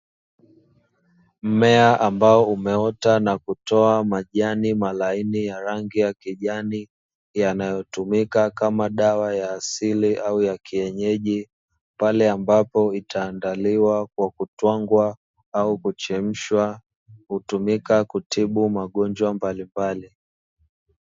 Mmea ambao umeota na kutoa majani malaini ya rangi ya kijani, yanayotumika kama dawa ya asili au ya kienyeji, pale ambapo itaandaliwa kwa kutwangwa au kuchemshwa, hutumika kutibu magonjwa mbalimbali.